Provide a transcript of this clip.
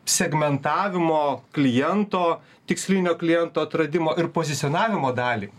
segmentavimo kliento tikslinio kliento atradimo ir pozicionavimo dalį